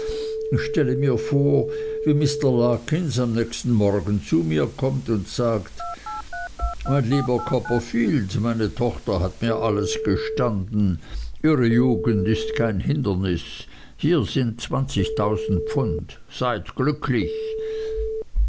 ich stelle mir vor wie mr larkins am nächsten morgen zu mir kommt und sagt mein lieber copperfield meine tochter hat mir alles gestanden ihre jugend ist kein hindernis hier sind zwanzigtausend pfund seid glücklich